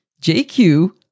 JQ